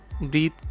breathe